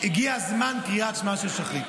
הגיע זמן קריאת שמע של שחרית.